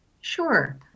Sure